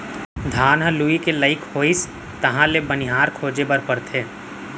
धान ह लूए के लइक होइस तहाँ ले बनिहार खोजे बर परथे